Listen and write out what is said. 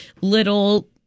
little